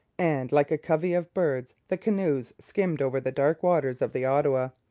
and, like a covey of birds, the canoes skimmed over the dark waters of the ottawa,